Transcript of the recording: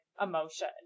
emotion